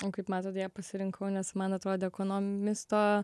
o kaip matot ją pasirinkau nes man atrodė ekonomisto